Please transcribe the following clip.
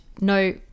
No